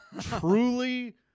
truly